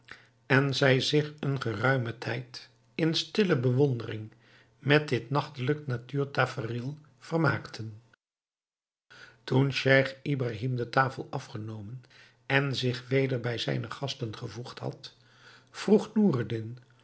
en zij zich een geruimen tijd in stille bewondering met dit nachtelijk natuurtafereel vermaakten toen scheich ibrahim de tafel afgenomen en zich weder bij zijne gasten gevoegd had vroeg